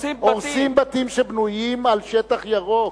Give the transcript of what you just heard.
הורסים בתים שבנויים על שטח ירוק.